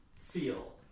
feel